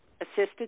assisted